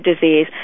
disease